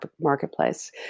marketplace